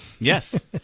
yes